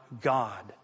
God